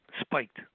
spiked